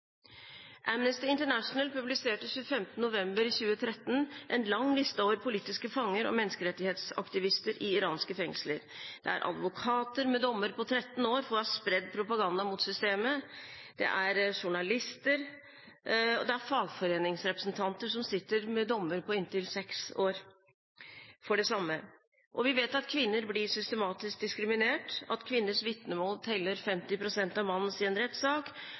Amnesty International publiserte 25. november 2013 en lang liste over politiske fanger og menneskerettighetsaktivister i iranske fengsler. Det er advokater med dommer på 13 år for å ha spredd propaganda mot systemet, det er journalister, det er fagforeningsrepresentanter som sitter med dommer på inntil seks år for det samme. Vi vet at kvinner blir systematisk diskriminert, at kvinners vitnemål teller 50 pst. av menns i en rettssak.